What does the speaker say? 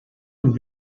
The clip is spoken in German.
und